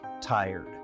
tired